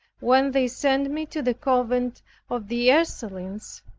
when they sent me to the convent of the ursulines,